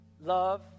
Love